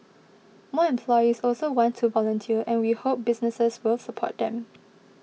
more employees also want to volunteer and we hope businesses will support them